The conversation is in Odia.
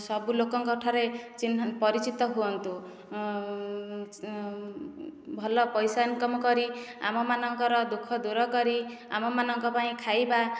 ସବୁ ଲୋକଙ୍କ ଠାରେ ଚିହ୍ନା ପରିଚିତ ହୁଅନ୍ତୁ ଭଲ ପଇସା ଇନକମ କରି ଆମମାନଙ୍କର ଦୁଃଖ ଦୂର କରି ଆମମାନଙ୍କ ପାଇଁ ଖାଇବା